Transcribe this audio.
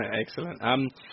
Excellent